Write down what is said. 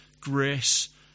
grace